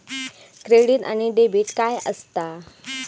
Credit आणि debit काय असता?